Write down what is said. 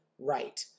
right